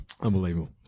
Unbelievable